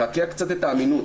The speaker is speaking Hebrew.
לקעקע קצת את האמינות.